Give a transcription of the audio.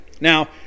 Now